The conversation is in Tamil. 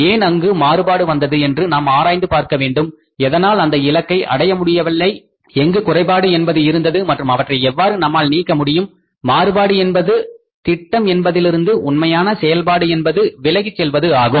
ஏன் அங்கு மாறுபாடு வந்தது என்று நாம் ஆராய்ந்து பார்க்க வேண்டும் எதனால் அந்த இலக்கை அடைய முடியவில்லை எங்கு குறைபாடு என்பது இருந்தது மற்றும் அவற்றை எவ்வாறு நம்மால் நீக்கமுடியும் மாறுபாடு என்பது திட்டம் என்பதிலிருந்து உண்மையான செயல்பாடு என்பது விலகிச் செல்வது ஆகும்